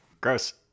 Gross